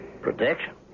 Protection